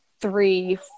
three